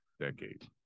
decades